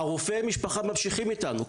רופאי המשפחה ממשיכים איתנו.